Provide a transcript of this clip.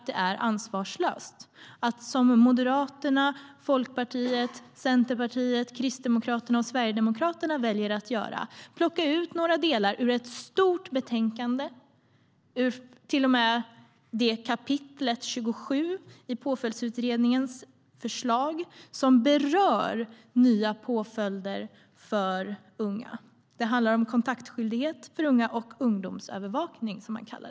Det är ansvarslöst att göra som Moderaterna, Folkpartiet, Centerpartiet, Kristdemokraterna och Sverigedemokraterna väljer att göra när de plockar ut några delar ur ett stort betänkande, till och med kap. 27 i Påföljdsutredningens förslag, som berör nya påföljder för unga. Det handlar om kontaktskyldighet för unga och ungdomsövervakning.